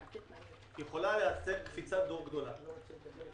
יכולה לייצר קפיצת דור גדולה באמצעות הטכנולוגיה.